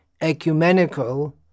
ecumenical